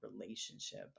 relationship